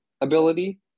ability